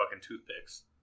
toothpicks